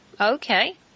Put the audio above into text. Okay